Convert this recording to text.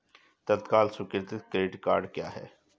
तत्काल स्वीकृति credit cards क्या हैं?